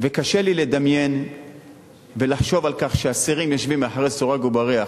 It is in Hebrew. וקשה לי לדמיין ולחשוב על כך שאסירים יושבים מאחורי סורג ובריח